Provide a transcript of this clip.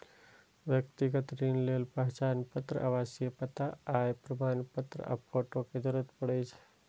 व्यक्तिगत ऋण लेल पहचान पत्र, आवासीय पता, आय प्रमाणपत्र आ फोटो के जरूरत पड़ै छै